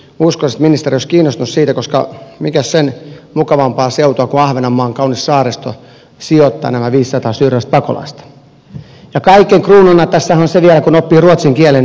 joskus ministers kiinnostus sitä koska mikäs sen mukavampaa seutua kuin ahvenanmaan kaunis saaristo sijoittaa nämä viisisataa syöstä vallasta ja käytän kylmä pääsemiselle on ruotsinkielen